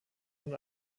von